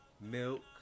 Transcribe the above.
Milk